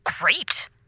Great